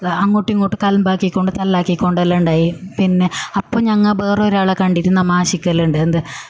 അങ്ങോട്ടുമിങ്ങോട്ടും കലമ്പാക്കിക്കൊണ്ട് തല്ലാക്കിക്കൊണ്ട് എല്ലാ ഉണ്ടായി പിന്നെ അപ്പോൾ ഞങ്ങ ബേറെ ഒരാളെ കണ്ടിരുന്നു നമ്മൾ ആശിക്കലുണ്ട് എന്ത്